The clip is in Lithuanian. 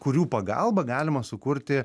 kurių pagalba galima sukurti